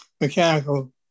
mechanical